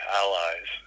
allies